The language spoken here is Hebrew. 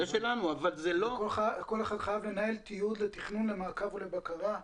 כל אחד חייב לנהל תיעוד לתכנון, למעקב ולבקרה.